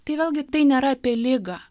tai vėlgi tai nėra apie ligą